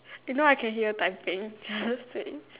you know I can hear typing just saying